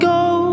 go